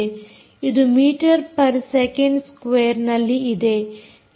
ಇದು metre per second ಸ್ಕ್ವೇರ್ನಲ್ಲಿ ಇದೆ